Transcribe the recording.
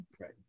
Right